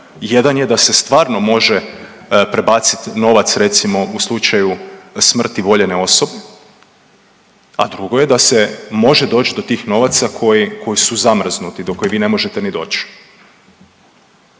Jedan je da se stvarno može prebaciti novac, recimo u slučaju smrti voljene osobe, a drugo je da se može doći do tih novaca koji su zamrznuti, do kojih vi ne možete ni doći.